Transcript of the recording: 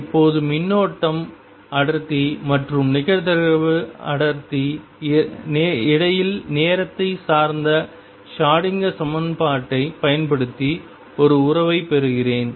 இப்போது மின்னோட்டம் அடர்த்தி மற்றும் நிகழ்தகவு அடர்த்திக்கு இடையில் நேரத்தை சார்ந்த ஷ்ரோடிங்கர் சமன்பாட்டைப் பயன்படுத்தி ஒரு உறவைப் பெறுகிறேன்